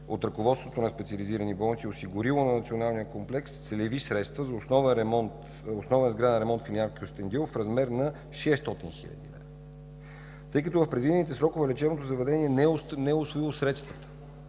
от ръководството на Специализирани болници, е осигурило на „Национален комплекс” целеви средства за основен сграден ремонт филиал – Кюстендил, в размер на600 хил. лв. Тъй като в предвидените срокове лечебното заведение не е усвоило средствата,